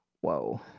whoa